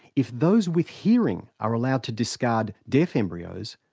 if those with hearing are allowed to discard deaf embryos,